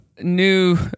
new